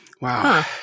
Wow